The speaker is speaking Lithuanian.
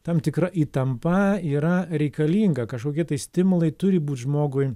tam tikra įtampa yra reikalinga kažkokie tai stimulai turi būt žmogui